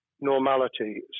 normality